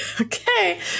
Okay